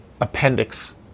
appendix